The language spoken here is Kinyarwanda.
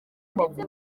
ndetse